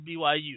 BYU